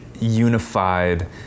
unified